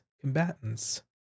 combatants